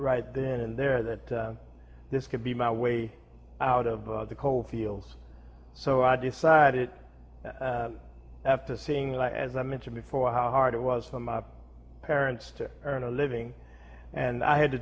right then and there that this could be my way out of the coal fields so i decided after seeing as i mentioned before how hard it was for my parents to earn a living and i had to